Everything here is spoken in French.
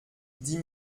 dix